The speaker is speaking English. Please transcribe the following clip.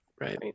Right